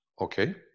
Okay